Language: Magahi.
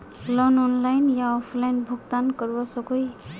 लोन ऑनलाइन या ऑफलाइन भुगतान करवा सकोहो ही?